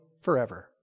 forever